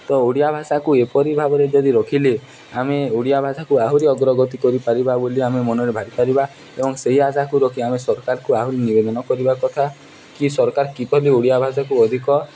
ତ ଓଡ଼ିଆ ଭାଷାକୁ ଏପରି ଭାବରେ ଯଦି ରଖିଲେ ଆମେ ଓଡ଼ିଆ ଭାଷାକୁ ଆହୁରି ଅଗ୍ରଗତି କରିପାରିବା ବୋଲି ଆମେ ମନରେ ଭାବିପାରିବା ଏବଂ ସେହି ଆଶାକୁ ରଖି ଆମେ ସରକାରକୁ ଆହୁରି ନିବେଦନ କରିବା କଥା କି ସରକାର କିଭଲି ଓଡ଼ିଆ ଭାଷାକୁ ଅଧିକ